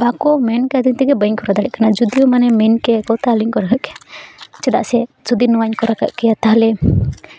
ᱵᱟᱠᱚ ᱢᱮᱱ ᱠᱟᱹᱫᱤᱧ ᱛᱮᱜᱮ ᱵᱟᱹᱧ ᱠᱚᱨᱟᱣ ᱫᱟᱲᱮᱭᱟᱜ ᱠᱟᱱᱟ ᱡᱚᱫᱤᱭᱳᱣᱢᱟᱱᱮ ᱢᱮᱱ ᱠᱮᱭᱟ ᱠᱚ ᱛᱟᱦᱚᱞᱮᱧ ᱠᱚᱨᱟᱣ ᱠᱮᱭᱟ ᱪᱮᱫᱟᱜ ᱥᱮ ᱡᱩᱫᱤ ᱱᱚᱣᱟᱧ ᱠᱚᱨᱟᱣ ᱠᱟᱜ ᱠᱮᱭᱟ ᱛᱟᱦᱚᱞᱮ